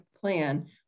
plan